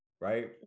Right